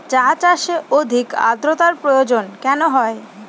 চা চাষে অধিক আদ্রর্তার প্রয়োজন কেন হয়?